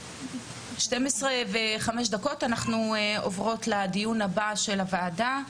ב-12:05 נעבור לדיון הבא של הוועדה.